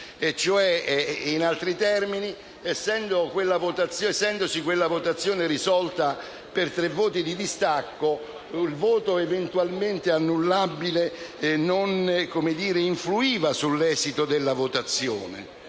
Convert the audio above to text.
In altri termini, essendosi quella votazione risolta per tre voti di distacco, il voto eventualmente annullabile non influiva sull'esito della votazione.